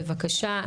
בבקשה,